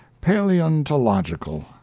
paleontological